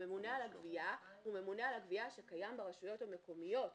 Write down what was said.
הממונה על הגבייה הוא ממונה על הגבייה שקיים ברשויות המקומיות.